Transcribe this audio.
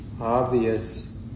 obvious